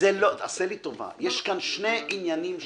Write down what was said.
יש כאן שני עניינים שונים.